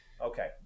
Okay